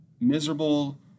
miserable